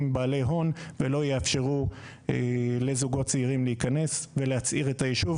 בעלי הון ולא יאפשרו לזוגות צעירים להיכנס ולהצעיר את היישוב.